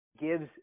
gives